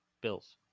Bills